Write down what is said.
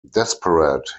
desperate